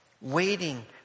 Waiting